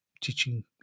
teaching